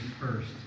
first